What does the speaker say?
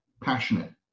passionate